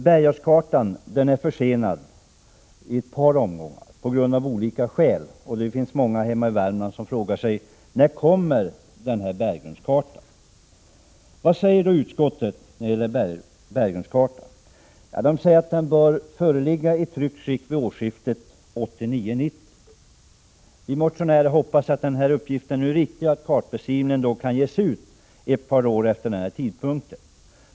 Bergartskartan har blivit försenad i ett par omgångar, av olika skäl, och det finns många hemma i Värmland som frågar sig: När kommer den här berggrundskartan? Vad säger då utskottet när det gäller berggrundskartan? Jo, att den borde kunnå föreligga i tryckt skick vid årsskiftet 1989-1990. Vi motionärer hoppas att den uppgiften är riktig och att kartbeskrivningen kan ges ut ett par år efter den tidpunkten.